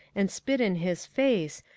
and spit in his face,